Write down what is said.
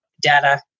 data